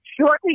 shortly